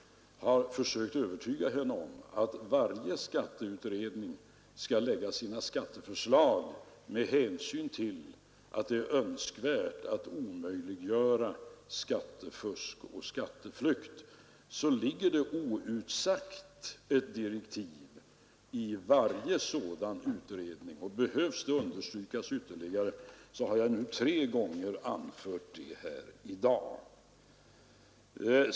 ökt övertyga henne om att varje skatteutredning skall lägga sina skatteförslag med hänsyn till att det är önskvärt att omöjliggöra skattefusk och Jag har såväl i interpellationssvaret som sedermera i mina inlägg f skatteflykt. I varje sådan utredning ligger det outsagt ett direktiv, och om det behöver understrykas ytterligare har jag för tredje gången anfört det här i dag.